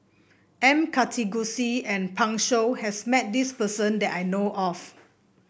M Karthigesu and Pan Shou has met this person that I know of